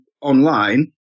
online